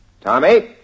Tommy